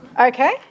Okay